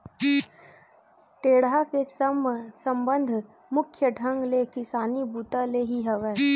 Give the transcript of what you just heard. टेंड़ा के संबंध मुख्य ढंग ले किसानी बूता ले ही हवय